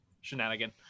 shenanigan